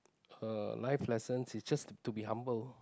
uh life lessons is just to be humble